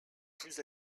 plus